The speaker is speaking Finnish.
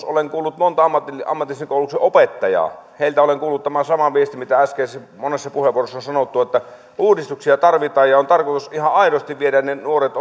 olen kuullut monta ammatillisen koulutuksen opettajaa ja heiltä olen kuullut tämän saman viestin mitä äskeisissä monessa puheenvuorossa on sanottu että uudistuksia tarvitaan ja on tarkoitus ihan aidosti viedä ne nuoret